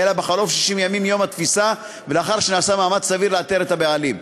אלא בחלוף 60 ימים מיום התפיסה ולאחר שנעשה מאמץ סביר לאתר את הבעלים.